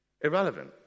Irrelevant